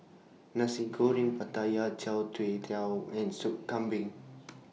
Nasi Goreng Pattaya Chai Tow Kuay and Sop Kambing